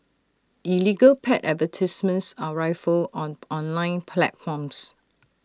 illegal pet advertisements are rife on online platforms